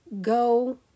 go